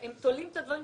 הם תולים את הדברים,